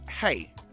hey